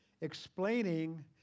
explaining